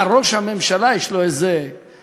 מה, ראש הממשלה, יש לו איזו מחשבה